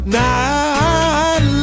night